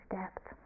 depth